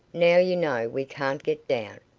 now you know we can't get down,